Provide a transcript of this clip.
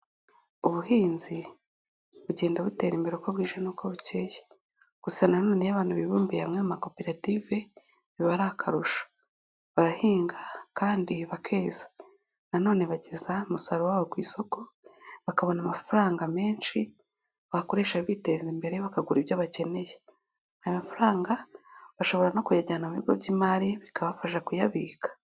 Ubuhinzi bugenda butera imbere uko bwije n'uko bukeye gusa nanone iyo abantu bibumbiye hamwe makoperative biba ari akarusho, barahinga kandi bakeza nanone bageza umusaruro wabo ku isoko bakabona amafaranga menshi bakoresha biteza imbere bakagura ibyo bakeneye, aya mafaranga bashobora no kuyajyana mu bigo by'imari bikabafasha kuyabika.